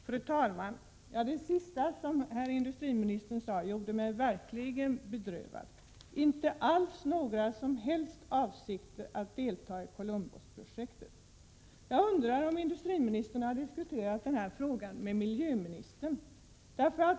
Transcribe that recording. Fru talman! Det sista som herr industriministern sade gjorde mig verkligen bedrövad — att han inte har för avsikt att ta några som helst initiativ till att delta i Columbusprojektet. Jag undrar om industriministern har diskuterat denna fråga med miljöministern.